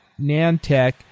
Nantech